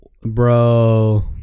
Bro